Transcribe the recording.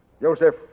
Joseph